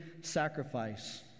sacrifice